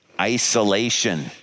Isolation